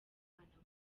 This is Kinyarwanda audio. nk’umwana